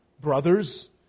brothers